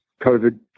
COVID